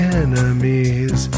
enemies